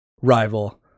rival